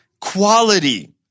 quality